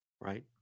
right